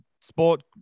sport